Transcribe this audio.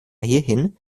hierhin